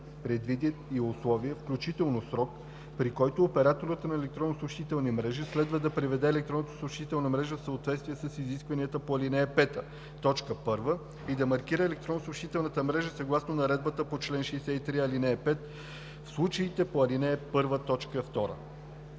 предвидят и условия, включително срок, при които операторът на електронна съобщителна мрежа следва да приведе електронната съобщителна мрежа в съответствие с изискванията по ал. 5, т. 1 и да маркира електронната съобщителна мрежа, съгласно наредбата по чл. 63, ал. 5 – в случаите по ал. 1,